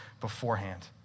beforehand